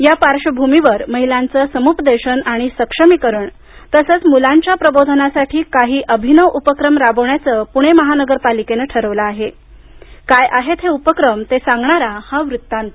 या पार्श्वभूमीवर महिलांचं समूपदेशन आणि सक्षमीकरण तसंच मुलांच्या प्रबोधनासाठी काही अभिनव उपक्रम राबवण्याचं प्रणे महानगरपालिकेनं ठरवलं आहेकाय आहेत हे उपक्रम ते सांगणारा हा वृत्तांत